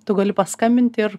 tu gali paskambint ir